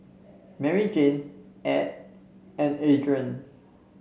Maryjane Ed and Andrae